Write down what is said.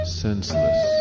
senseless